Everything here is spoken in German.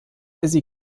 sie